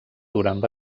durant